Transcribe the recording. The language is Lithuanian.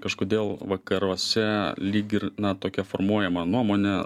kažkodėl vakaruose lyg ir na tokia formuojama nuomonė